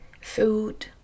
food